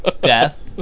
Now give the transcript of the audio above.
Death